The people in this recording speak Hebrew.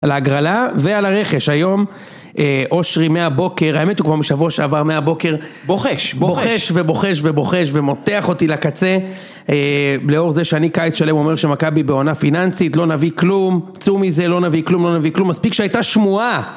על ההגרלה ועל הרכש. היום אושרי מהבוקר, האמת הוא כבר משבוע שעבר מהבוקר, בוחש, בוחש, ובוחש, ובוחש, ומותח אותי לקצה לאור זה שאני קיץ שלם אומר שמכבי בעונה פיננסית, לא נביא כלום, צאו מזה, לא נביא כלום, לא נביא כלום, מספיק שהייתה שמועה